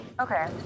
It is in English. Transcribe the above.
Okay